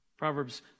Proverbs